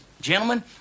gentlemen